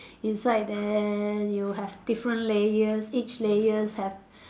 inside then you have different layers each layers have